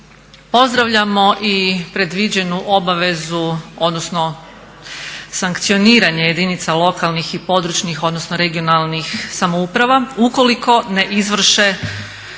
Pozdravljamo i predviđeno obavezu odnosno sankcioniranje jedinica lokalnih i područnih odnosno regionalnih samouprava ukoliko ne izvrše